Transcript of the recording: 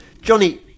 johnny